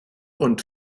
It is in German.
und